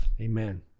Amen